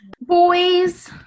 boys